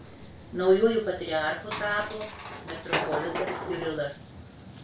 naujuoju patriarchu tapo metropolitas kirilas